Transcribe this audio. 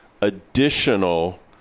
additional